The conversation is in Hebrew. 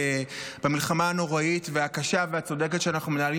המלחמה הנוראית והקשה והצודקת שאנחנו מנהלים